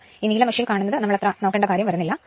ഈ നീല മഷിയിൽ കാണുന്നത് നമ്മൾ നോക്കേണ്ട കാര്യം വരുന്നില്ല